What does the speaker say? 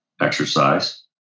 exercise